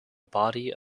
body